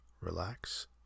Relax